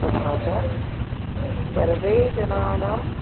तथा च सर्वेषां जनानां